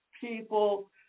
people